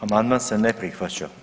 Amandman se ne prihvaća.